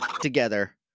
together